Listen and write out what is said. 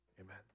Amen